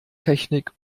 technik